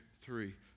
Three